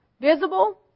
visible